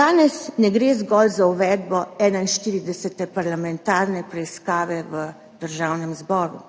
danes ne gre zgolj za uvedbo 41. parlamentarne preiskave v Državnem zboru,